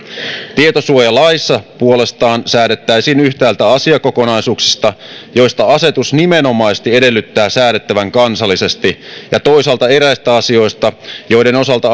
tietosuojalaissa puolestaan säädettäisiin yhtäältä sellaisista asiakokonaisuuksista joista asetus nimenomaisesti edellyttää säädettävän kansallisesti ja toisaalta eräistä asioista joiden osalta